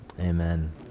amen